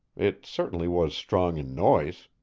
it certainly was strong in noise.